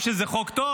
שזה חוק טוב,